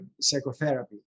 psychotherapy